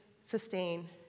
sustain